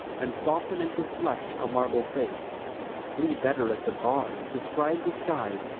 and soften into flesh a marble face plead better at the bar describe the skies,